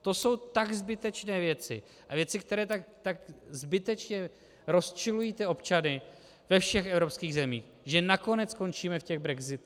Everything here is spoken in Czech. To jsou tak zbytečné věci a věci, které tak zbytečně rozčilují občany ve všech evropských zemích, že nakonec skončíme v těch brexitech.